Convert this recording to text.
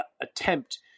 attempt